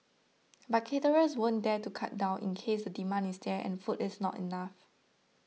but caterers wouldn't dare to cut down in case the demand is there and food is not enough